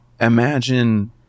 imagine